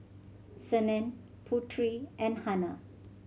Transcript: Senin Putri and Hana